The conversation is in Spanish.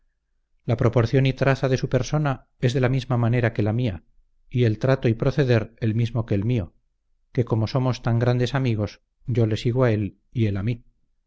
la proporción y traza de su persona es de la misma manera que la mía y el trato y proceder el mismo que el mío que como somos tan grandes amigos yo le sigo a él y él a mí